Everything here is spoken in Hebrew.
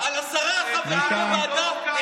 על עשרה חברי ועדה,